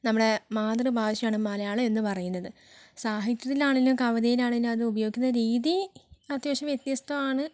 നമ്മുടെ മാതൃഭാഷയാണ് മലയാളം എന്നുപറയുന്നത് സാഹിത്യത്തിലാണെങ്കിലും കവിതയിലാണെങ്കിലും അതുപയോഗിക്കുന്ന രീതി അത്യാവശ്യം വ്യത്യസ്തമാണ്